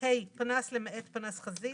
פנס, למעט פנס חזית.